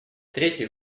третий